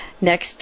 next